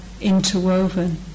interwoven